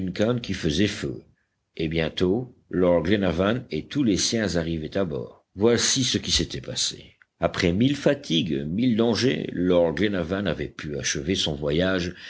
qui faisaient feu et bientôt lord glenarvan et tous les siens arrivaient à bord voici ce qui s'était passé après mille fatigues mille dangers lord glenarvan avait pu achever son voyage